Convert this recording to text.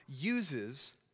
uses